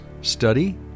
study